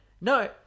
No